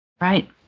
Right